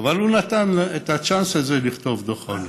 אבל הוא נתן את הצ'אנס הזה לכתוב את דוח העוני.